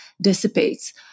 dissipates